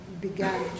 began